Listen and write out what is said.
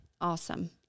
Awesome